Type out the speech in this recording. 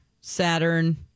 saturn